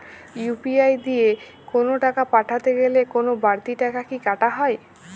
UPI দিয়ে কোন টাকা পাঠাতে গেলে কোন বারতি টাকা কি কাটা হয়?